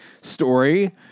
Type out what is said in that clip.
story